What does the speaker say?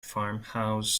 farmhouse